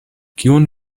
kion